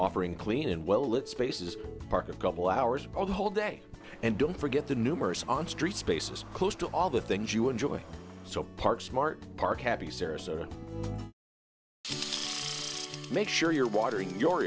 offering clean and well lit spaces park a couple hours on the whole day and don't forget the numerous on street spaces close to all the things you enjoy so park smart park happy sarasota make sure you're watering your